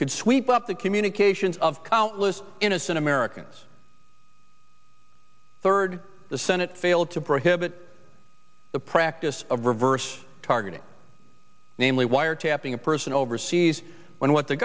could sweep up the communications of innocent americans third the senate failed to prohibit the practice of reverse targeting namely wiretapping a person overseas when what the